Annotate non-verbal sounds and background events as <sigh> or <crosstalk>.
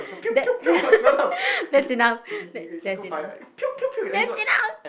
that <laughs> that's enough that's enough that's enough